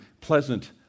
pleasant